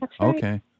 Okay